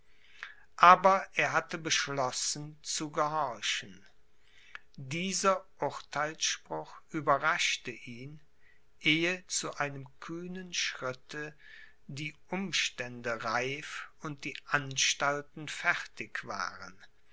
aber er hatte beschlossen zu gehorchen dieser urtheilsspruch überraschte ihn ehe zu einem kühnen schritte die umstände reif und die anstalten fertig waren